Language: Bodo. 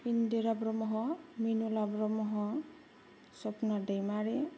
इन्दिरा ब्रम्ह मिनुला ब्रम्ह सपना दैमारि